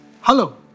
Hello